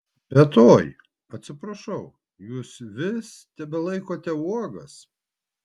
bet oi atsiprašau jūs vis tebelaikote uogas